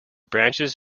branches